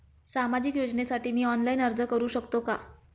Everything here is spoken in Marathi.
सामाजिक योजनेसाठी मी ऑनलाइन अर्ज करू शकतो का?